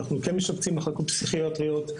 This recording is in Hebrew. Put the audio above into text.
כן משפצים מחלקות פסיכיאטריות,